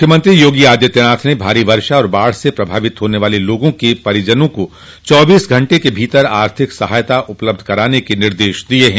मुख्यमंत्री योगी आदित्यनाथ ने भारी वर्षा और बाढ़ से प्रभावित होने वाले लोगों के परिजनों को चौबीस घंटे के भीतर आर्थिक सहायता उपलब्ध कराने के निर्देश दिये हैं